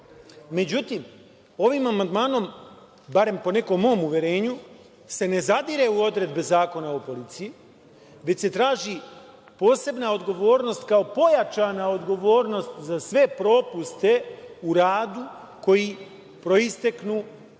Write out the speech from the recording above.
sporno.Međutim, ovim amandmanom, barem po nekom mom uverenju, se ne zadire u odredbe Zakona o policiji, već se traži posebna odgovornost kao pojačana odgovornost za sve propuste u radu koji proisteknu iz